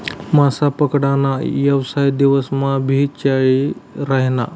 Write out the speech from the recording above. मासा पकडा ना येवसाय दिवस मा भी चाली रायना